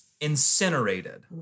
incinerated